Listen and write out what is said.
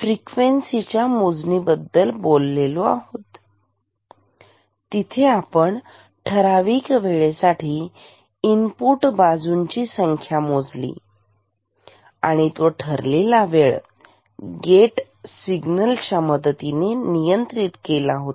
frequency च्या मोजणी बद्दल बोललेलो आहोत तिथे आपण ठराविक वेळेसाठी इनपुट बाजूंची संख्या मोजली आणि तो ठरलेला वेळ गेट सिग्नलच्या मदतीने नियंत्रित केलेला होता